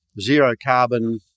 zero-carbon